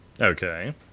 Okay